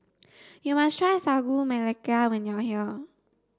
you must try sagu melaka when you are here